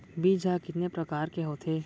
बीज ह कितने प्रकार के होथे?